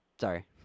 sorry